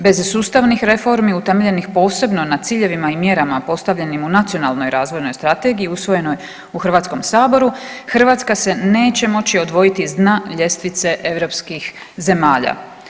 Bez sustavnih reformi utemeljenih posebno na ciljevima i mjerama postavljenim u Nacionalnoj razvojnoj strategiji usvojenoj u Hrvatskom saboru, Hrvatska se neće moći odvojiti s dna ljestvice europskih zemalja.